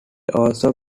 also